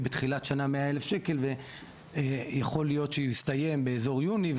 בתחילת שנה 100,000 שקל ויכול להיות שהוא יסתיים באזור יוני,